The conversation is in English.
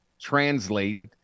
translate